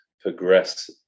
progress